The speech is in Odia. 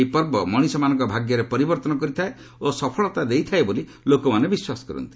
ଏହି ପର୍ବ ମଣିଷମାନଙ୍କ ଭାଗ୍ୟରେ ପରିବର୍ଭନ କରିଥାଏ ଓ ସଫଳତା ଦେଇଥାଏ ବୋଲି ଲୋକମାନେ ବିଶ୍ୱାସ କରନ୍ତି